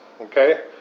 Okay